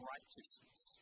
righteousness